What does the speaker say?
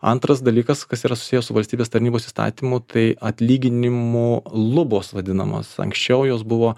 antras dalykas kas yra susiję su valstybės tarnybos įstatymu tai atlyginimų lubos vadinamos anksčiau jos buvo